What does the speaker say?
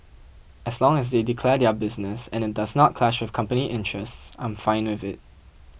as long as they declare their business and it does not clash with company interests I'm fine with it